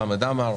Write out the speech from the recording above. חמד עמאר,